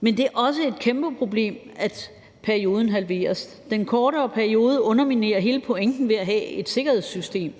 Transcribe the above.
men det er også et kæmpeproblem, at perioden halveres. Den kortere periode underminerer hele pointen ved at have et sikkerhedssystem.